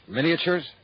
Miniatures